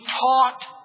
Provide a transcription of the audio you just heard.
taught